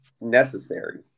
necessary